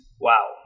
wow